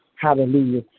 Hallelujah